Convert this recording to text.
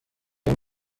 این